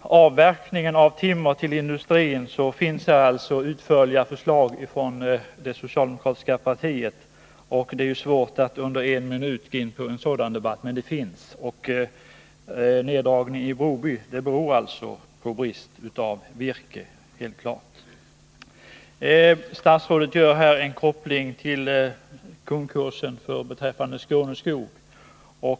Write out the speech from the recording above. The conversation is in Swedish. avverkning av timmer till industrin finns det utförliga förslag från det socialdemokratiska partiet. Det är svårt att under en minut gå in på en sådan debatt, men förslag finns. Neddragningen av produktionen i Broby har sin grund i brist på virke — det är helt klart. Statsrådet gör här en koppling till Skåneskogs konkurs.